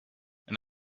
and